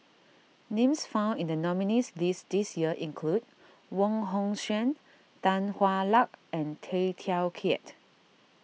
names found in the nominees' list this year include Wong Hong Suen Tan Hwa Luck and Tay Teow Kiat